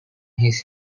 his